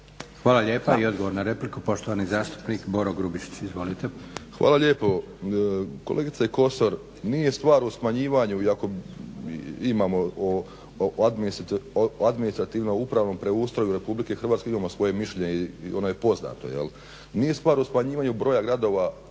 Hvala lijepa. I odgovor na repliku, poštovani zastupnik Boro Grubišić. Izvolite. **Grubišić, Boro (HDSSB)** Hvala lijepa. Kolegice Kosor, nije stvar u smanjivanju iako imamo o administrativno-upravnom preustroju imamo svoje mišljenje i ono je poznato. Nije stvar u smanjivanju broja gradova